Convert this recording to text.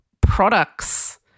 products